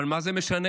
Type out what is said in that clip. אבל מה זה משנה,